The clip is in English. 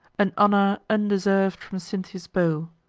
an honor undeserv'd from cynthia's bow.